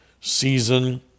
season